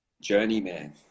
journeyman